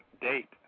date